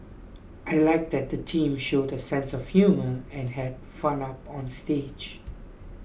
I like that the teams showed a sense of humour and had fun up on stage